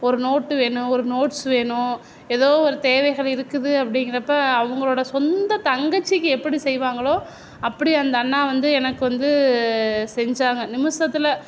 ஒரு நோட்டு வேணும் ஒரு நோட்ஸ் வேணும் ஏதோ ஒரு தேவைகள் இருக்குது அப்படிங்குறப்ப அவங்களோட சொந்த தங்கச்சிக்கு எப்படி செய்வாங்களோ அப்படி வந்து அந்த அண்ணா வந்து எனக்கு வந்து செஞ்சாங்க நிமிஷத்துல